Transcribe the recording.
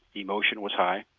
emotion was high,